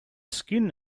skin